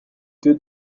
deux